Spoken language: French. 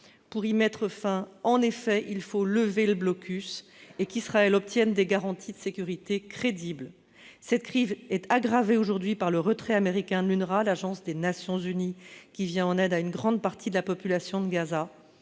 Pour y mettre fin, il faut effectivement lever le blocus et faire en sorte qu'Israël obtienne des garanties de sécurité crédibles. Cette crise est aggravée par le retrait américain de l'UNRWA, l'agence des Nations unies qui vient en aide à une grande partie de la population de Gaza.